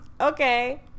okay